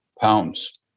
pounds